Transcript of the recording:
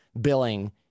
billing